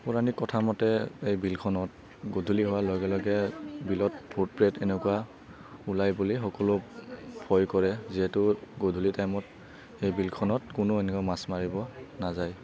পৌৰাণিক কথামতে এই বিলখনত গধূলি হোৱাৰ লগে লগে বিলত ভূত প্ৰেত এনেকুৱা ওলায় বুলি সকলো ভয় কৰে যিহেতু গধূলি টাইমত সেই বিলখনত কোনও এনুৱা মাছ মাৰিব নাযায়